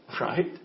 right